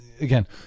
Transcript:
again